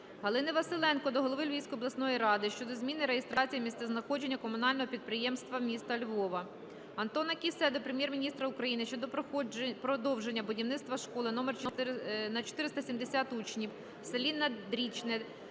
Галини Васильченко до голови Львівської обласної ради щодо зміни реєстрації місцезнаходження комунального підприємства міста Львова. Антона Кіссе до Прем'єр-міністра України щодо продовження будівництва школи на 470 учнів в селі Надрічне